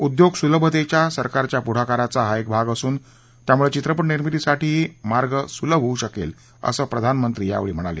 उद्योग सुलभतेच्या सरकारच्या पुढाकाराचा हा एक भाग असून त्यामुळे चित्रपट निर्मितीसाठीही मार्ग सुलभ होऊ शकेल असं प्रधानमंत्री यावेळी म्हणाले